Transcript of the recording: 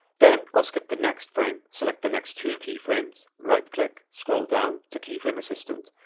then, i'll skip the next frame, select the next two keyframes, right click, scroll down to keyframe assistant,